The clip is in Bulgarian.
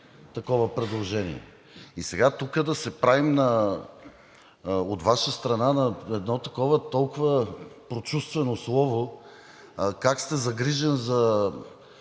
такова предложение. И сега тук да се прави от Ваша страна едно толкова прочувствено слово – как сте загрижен за